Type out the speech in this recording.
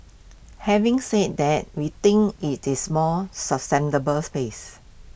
having said that we think IT is more sustainable pace